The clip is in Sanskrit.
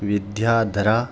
विद्याधरः